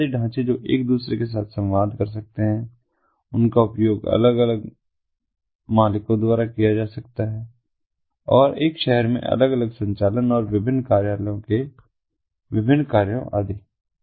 ये बुनियादी ढांचे जो एक दूसरे के साथ संवाद कर सकते हैं उनका उपयोग अलग अलग मालिकों द्वारा किया जा सकता है और एक शहर में अलग अलग संचालन और विभिन्न कार्यालयों के विभिन्न कार्यों आदि